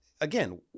again